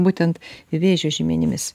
būtent vėžio žymenimis